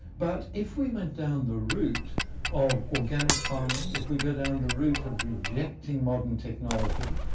but if we went down the route of organic farming, if we go down the route of rejecting modern technology,